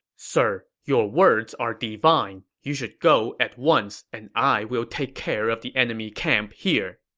sir, your words are divine! you should go at once, and i will take care of the enemy camp here.